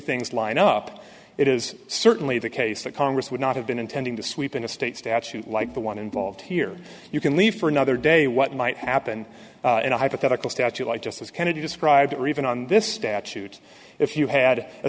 things line up it is certainly the case that congress would not have been intending to sweep in a state statute like the one involved here you can leave for another day what might happen in a hypothetical statute like justice kennedy described in on this statute if you had a